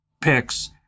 picks